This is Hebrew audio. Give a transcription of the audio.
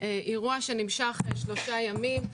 אירוע שנמשך שלושה ימים.